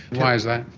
why is that?